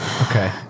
Okay